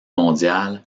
mondiale